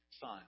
Son